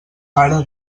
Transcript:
ara